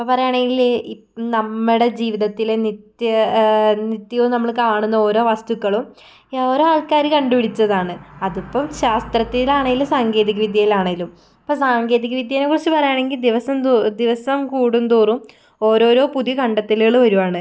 ഇപ്പം പറയുകയാണെങ്കിൽ ഇ നമ്മുടെ ജീവിതത്തിൽ നിത്യ നിത്യവും നമ്മൾ കാണുന്ന ഓരോ വസ്തുക്കളും ഓരോ ആൾക്കാർ കണ്ടു പിടിച്ചതാണ് അതിപ്പം ശാസ്ത്രത്തിലാണെങ്കിലും സാങ്കേതിക വിദ്യയിലാണെങ്കിലും ഇപ്പം സാങ്കേതിക വിദ്യയെ കുറിച്ച് പറയുകയാണെങ്കിൽ ദിവസന്തോ ദിവസം കൂടുന്തോറും ഓരോരോ പുതിയ കണ്ടെത്തലുകൾ വരുകയാണ്